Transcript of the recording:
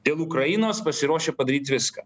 dėl ukrainos pasiruošę padaryti viską